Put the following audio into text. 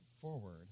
forward